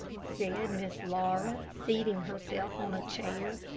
said miss laura, seating herself on a chair.